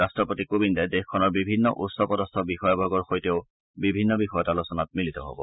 ৰট্টপতি কোবিন্দে দেশখনৰ বিভিন্ন উচ্চ পদস্থ বিষয়াবৰ্গৰ সৈতেও বিভিন্ন বিষয়ত আলোচনাত মিলিত হব